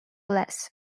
less